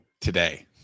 Today